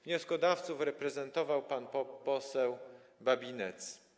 Wnioskodawców reprezentował pan poseł Babinetz.